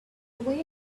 went